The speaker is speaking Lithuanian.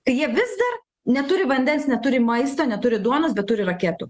kai jie vis dar neturi vandens neturi maisto neturi duonos bet turi raketų